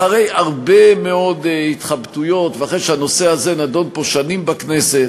אחרי הרבה מאוד התחבטויות ואחרי שהנושא הזה נדון שנים פה בכנסת,